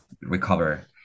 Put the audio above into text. recover